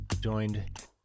joined